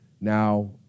Now